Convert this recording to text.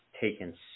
taken